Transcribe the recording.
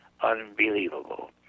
unbelievable